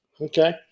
Okay